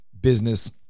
business